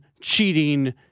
cheating